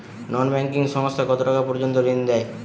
নন banking সংস্থা কতটাকা পর্যন্ত ঋণ দেয়?